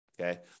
okay